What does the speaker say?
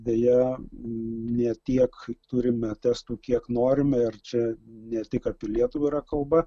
deja ne tiek turime testų kiek norime ir čia ne tik apie lietuvą yra kalba